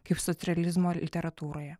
kaip socrealizmo literatūroje